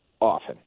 often